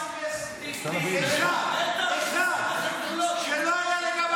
אחד שלא הייתה לגביו